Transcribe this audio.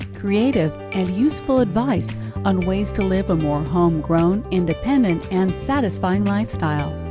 creative and useful advice on ways to live a more homegrown, independent, and satisfying lifestyle.